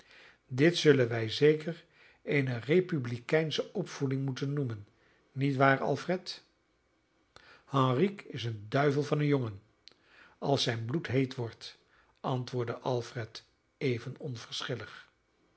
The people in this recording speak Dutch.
dit zullen wij zeker eene republikeinsche opvoeding moeten noemen niet waar alfred henrique is een duivel van een jongen als zijn bloed heet wordt antwoordde alfred even